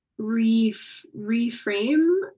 reframe